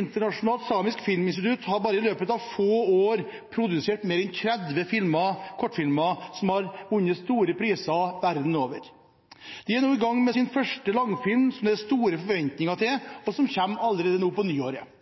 Internasjonalt Samisk Filminstitutt har bare i løpet av få år produsert mer enn 30 kortfilmer som har vunnet store priser verden over. De er nå i gang med sin første langfilm som det er store forventninger til, og som kommer allerede nå på nyåret.